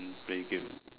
play game